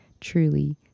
truly